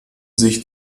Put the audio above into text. sich